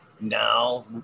now